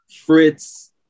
fritz